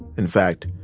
in fact,